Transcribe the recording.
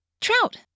Trout